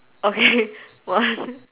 okay what